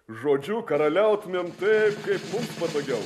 žodžiu karaliautumėm taip kaip mum patogiau